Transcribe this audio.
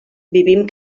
vivim